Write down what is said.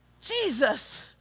Jesus